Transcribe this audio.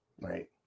right